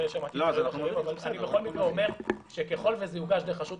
בכל מקרה אני אומר שככל שזה יוגש דרך רשות הרישוי,